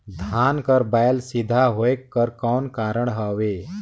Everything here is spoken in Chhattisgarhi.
धान कर बायल सीधा होयक कर कौन कारण हवे?